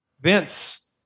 Vince